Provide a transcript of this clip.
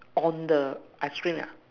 on the ice cream ah